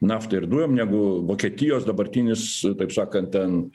naftai ir dujom negu vokietijos dabartinis taip sakant ten